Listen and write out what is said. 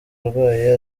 arwaye